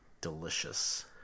Delicious